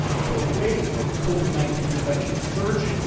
with a wave of covid nineteen infections surging,